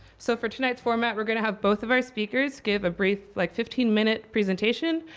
so for tonight's format, we're going to have both of our speakers give a brief like fifteen minute presentation.